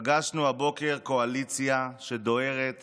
פגשנו הבוקר קואליציה שדוהרת